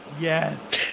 Yes